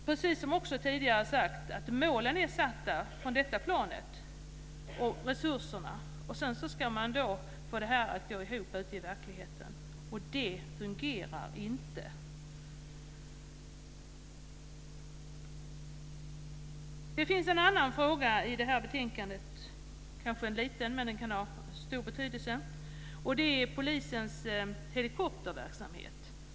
Precis som tidigare sagts är målen uppsatta och resurserna anslagna från detta plan, och sedan ska man få det att gå ihop ute i verkligheten. Det fungerar inte. Det finns en annan fråga som tas upp i detta betänkande - den är liten men kan ha stor betydelse - och det är polisens helikopterverksamhet.